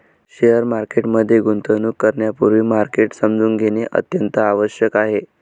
share market मध्ये गुंतवणूक करण्यापूर्वी मार्केट समजून घेणे अत्यंत आवश्यक आहे